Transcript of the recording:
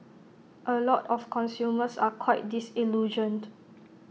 A lot of consumers are quite disillusioned